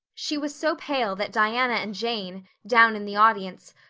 she was so pale that diana and jane, down in the audience,